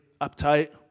uptight